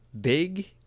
big